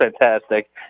fantastic